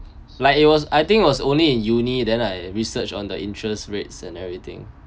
like it was I think was only in uni then I research on the interest rates and everything